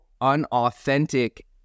unauthentic